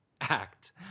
act